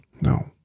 No